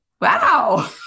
wow